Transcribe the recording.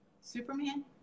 Superman